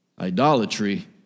Idolatry